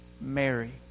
Mary